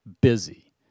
busy